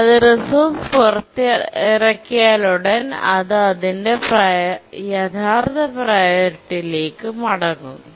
അത് റിസോഴ്സ് പുറത്തിറക്കിയാലുടൻ അത് അതിന്റെ യഥാർത്ഥ പ്രിയോറിറ്റിയിലേക്ക് മടങ്ങുന്നു